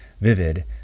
vivid